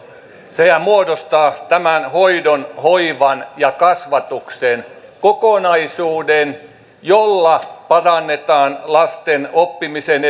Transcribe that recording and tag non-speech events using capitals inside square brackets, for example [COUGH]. sehän muodostaa tämän hoidon hoivan ja kasvatuksen kokonaisuuden jolla parannetaan lasten oppimisen [UNINTELLIGIBLE]